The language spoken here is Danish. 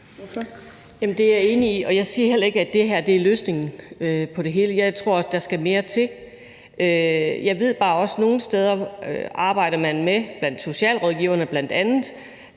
Det er jeg enig i, og jeg siger heller ikke, at det her er løsningen på det hele. Jeg tror også, der skal mere til. Jeg ved bare også, at nogle steder arbejder man, herunder socialrådgiverne, med, at